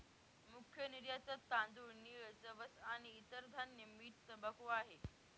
मुख्य निर्यातत तांदूळ, नीळ, जवस आणि इतर धान्य, मीठ, तंबाखू आहे